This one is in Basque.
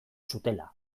zutela